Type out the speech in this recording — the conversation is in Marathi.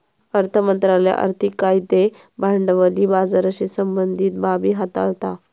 अर्थ मंत्रालय आर्थिक कायदे भांडवली बाजाराशी संबंधीत बाबी हाताळता